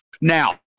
Now